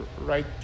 right